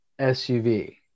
SUV